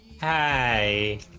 Hi